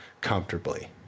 comfortably